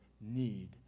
need